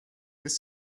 this